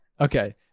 okay